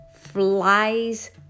flies